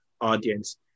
audience